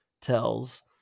tells